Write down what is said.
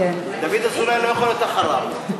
דוד אזולאי לא יכול להיות אחריו.